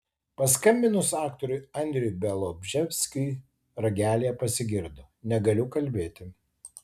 paskambinus aktoriui andriui bialobžeskiui ragelyje pasigirdo negaliu kalbėti